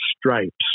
stripes